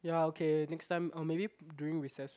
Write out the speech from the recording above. ya okay next time or maybe during recess